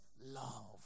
love